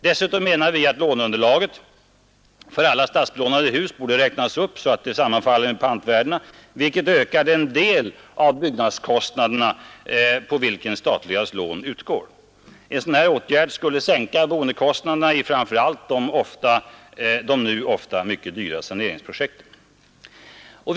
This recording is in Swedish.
Dessutom menar vi att låneunderlaget för alla statsbelånade hus borde räknas upp så att det sammanfaller med pantvärdena, vilket ökar den del av byggnadskostnaderna på vilken statliga lån utgår. En sådan här åtgärd skulle sänka boendekostnaderna i framför allt de nu ofta mycket dyra saneringsprojekten.